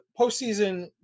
postseason